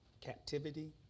captivity